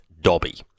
Dobby